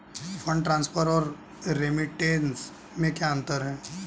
Fund transfer और remittance में क्या अंतर है?